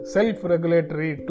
Self-regulatory